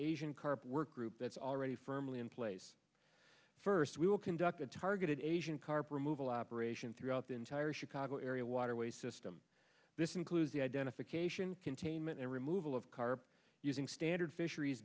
asian carp work group that's already firmly in place first we will conduct a targeted asian carp removal operation throughout the entire chicago area waterway system this includes the identification containment and removal of car using standard fisheries